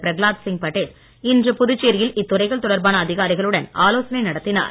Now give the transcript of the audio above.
பிரகலாத் சிங் படேல் இன்று புதுச்சேரியில் இத்துறைகள் தொடர்பான அதிகாரிகளுடன் ஆலோசனை நடத்தினார்